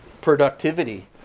productivity